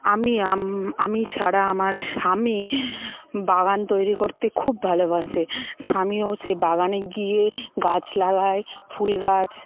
আমি আমি ছাড়া আমার স্বামী বাগান তৈরি করতে খুব ভালোবাসে স্বামীও সে বাগানে গিয়ে গাছ লাগায় ফুল গাছ